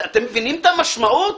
אתם מבינים את המשמעות?